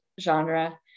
genre